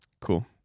Cool